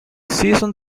season